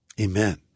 Amen